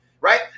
right